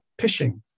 pishing